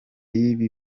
y’ibyo